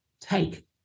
take